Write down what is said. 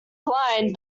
blind